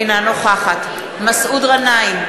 אינה נוכחת מסעוד גנאים,